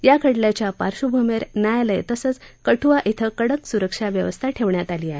या खटल्याच्या पार्श्वभूमीवर न्यायालय तसंच कठुवा इथं कडक सुरक्षाव्यवस्था ठेवण्यात आली आहे